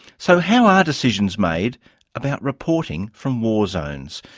so how are decisions made about reporting from warzones?